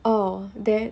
oh that